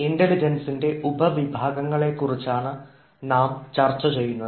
ഇൻറലിജൻസിൻറെ ഉപവിഭാഗങ്ങളെ കുറിച്ചാണ് നാം ചർച്ച ചെയ്യുന്നത്